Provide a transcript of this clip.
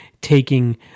taking